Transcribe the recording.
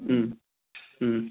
उम उम